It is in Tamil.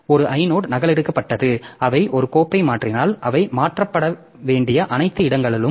எனவே ஒரு ஐனோட் நகலெடுக்கப்பட்டது அவை ஒரு கோப்பை மாற்றினால் அவை மாற்றப்பட வேண்டிய அனைத்து இடங்களும்